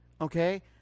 okay